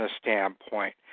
standpoint